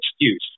excuse